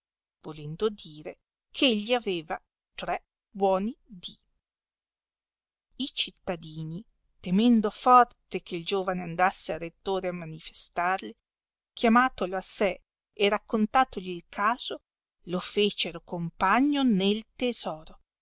volendo dire ch'egli aveva tre buoni dì i cittadini temendo forte che l giovane andasse al rettore a manifestarli chiamatolo a sé e raccontatogli il caso lo fecero compagno nel tesoro